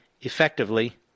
effectively